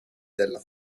della